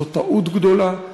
זו טעות גדולה,